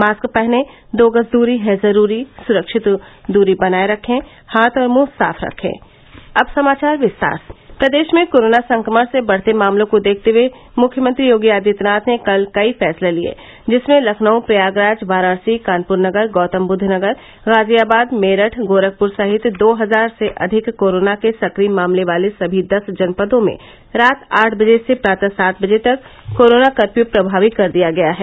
mask पहनें दो गज दूरी है जरूरी सुरक्षित दूरी बनाये रखे हाथ और मुंह साफ रखें प्रदेश में कोरोना संक्रमण के बढ़ते मामलों को देखते हुए मुख्यमंत्री योगी आदित्यनाथ ने कल कई फैसले लिये जिसमें लखनऊ प्रयागराज वाराणसी कानपुर नगर गौतमबुद्ध नगर गाजियाबाद मेरठ गोरखपुर सहित दो हजार से अधिक कोरोना के सक्रिय मामले वाले सभी दस जनपदों में रात आठ बजे से प्रातः सात बजे तक कोरोना कर्फ्यू प्रभावी कर दिया गया है